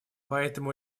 поэтому